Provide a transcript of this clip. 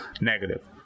negative